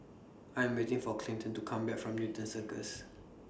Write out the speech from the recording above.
I Am waiting For Clinton to Come Back from Newton Circus